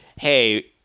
hey